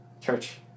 Church